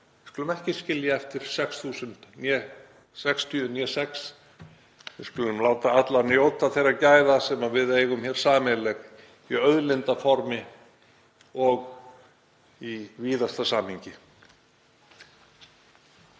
skulum ekki skilja eftir 6.000 né 60.000. Við skulum láta alla njóta þeirra gæða sem við eigum sameiginleg í auðlindaformi og í víðasta samhengi.